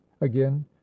again